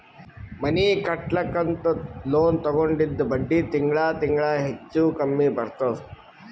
ಮನಿ ಕಟ್ಲಕ್ ಅಂತ್ ಲೋನ್ ತಗೊಂಡಿದ್ದ ಬಡ್ಡಿ ತಿಂಗಳಾ ತಿಂಗಳಾ ಹೆಚ್ಚು ಕಮ್ಮಿ ಬರ್ತುದ್